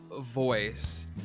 voice